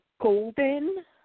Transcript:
golden